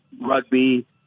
rugby